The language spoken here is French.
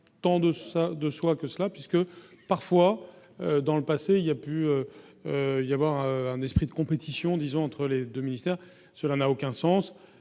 ça de soi que cela puisque parfois dans le passé, il y a pu il y avoir un esprit de compétition, disons, entre les 2 ministères, cela n'a aucun sens,